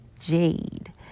jade